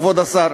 כבוד השר,